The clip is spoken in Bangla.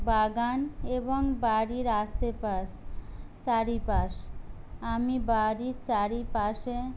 বাগান এবং বাড়ির আশেপাশ চারিপাশ আমি বাড়ির চারিপাশে